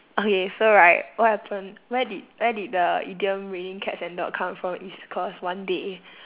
okay so right what happened why did why did the idiom raining cats and dog come from is because one day